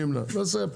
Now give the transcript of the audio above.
נמנע, בסדר.